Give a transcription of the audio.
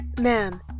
Ma'am